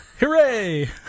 hooray